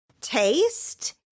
taste